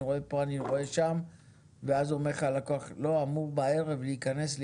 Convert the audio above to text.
אומר לך הלקוח שבערב אמור להיכנס לו